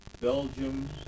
Belgium